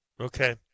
Okay